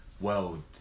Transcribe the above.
world